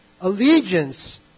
allegiance